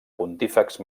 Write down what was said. pontífex